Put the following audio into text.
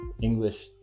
English